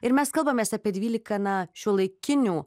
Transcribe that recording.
ir mes kalbamės apie dvylika na šiuolaikinių